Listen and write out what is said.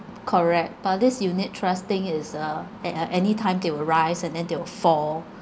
correct but this unit trust thing is uh at a any time they will rise and then they will fall